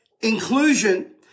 inclusion